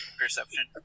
perception